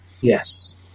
Yes